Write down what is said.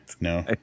No